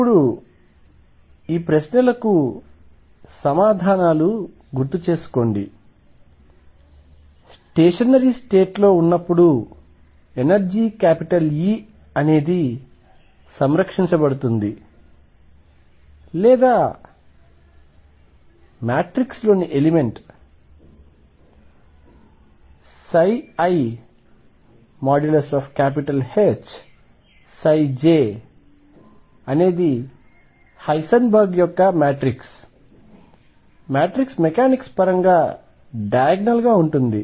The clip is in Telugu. ఇప్పుడు ఈ ప్రశ్నలకు సమాధానాలు గుర్తు చేసుకోండి స్టేషనరీ స్టేట్ లో ఉన్నప్పుడు ఎనర్జీ E సంరక్షించబడుతుంది లేదా మాట్రిక్స్ లోని ఎలిమెంట్ ⟨iHj⟩ హైసెన్బర్గ్ యొక్క మాట్రిక్స్ మెకానిక్స్ పరంగా డయాగ్నల్ గా ఉంటుంది